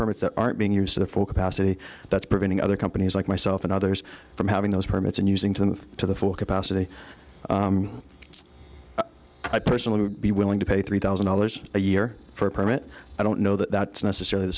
permits that aren't being used to the full capacity that's preventing other companies like myself and others from having those permits and using to them to the full capacity i personally would be willing to pay three thousand dollars a year for a permit i don't know that that's necessarily the